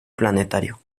planetario